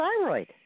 thyroid